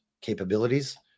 capabilities